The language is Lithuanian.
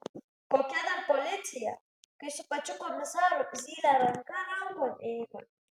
kokia dar policija kai su pačiu komisaru zylė ranka rankon eina